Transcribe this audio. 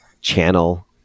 channel